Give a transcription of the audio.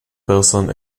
person